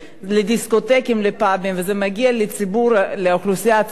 וזה מגיע לאוכלוסייה הצעירה והיותר חלשה.